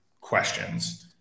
questions